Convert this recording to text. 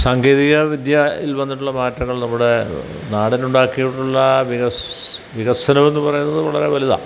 സാങ്കേതിക വിദ്യയിൽ വന്നിട്ടുള്ള മാറ്റങ്ങൾ നമ്മുടെ നാടിനുണ്ടാക്കിയിട്ടുള്ള വികസ വികസനമെന്ന് പറയുന്നത് വളരെ വലുതാണ്